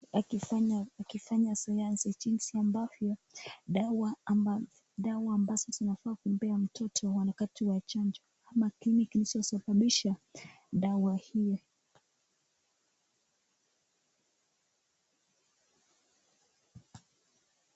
Akifanya sayansi sinsi amabvyo dawa , ama dawa ambazo anafaa kumoea mtoto wakati wa chanjo, ama kinachosababisha dawa hii.